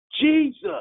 Jesus